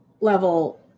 level